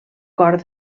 cor